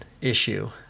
issue